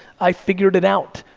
i figured it out.